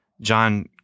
John